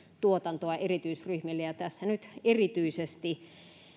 tuotantoa erityisryhmille ja tässä nyt erityisesti